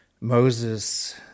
Moses